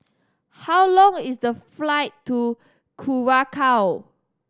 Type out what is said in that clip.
how long is the flight to Curacao